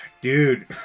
Dude